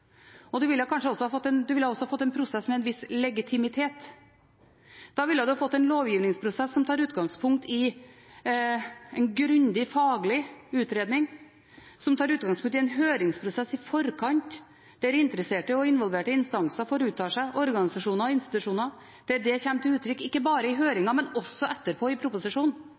og en ville også fått en prosess med en viss legitimitet. Da ville en fått en lovgivningsprosess som tar utgangspunkt i en grundig faglig utredning, som tar utgangspunkt i en høringsprosess i forkant, der interesserte og involverte instanser, organisasjoner og institusjoner, får uttale seg, der det kommer til uttrykk ikke bare i